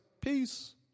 Peace